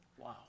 Wow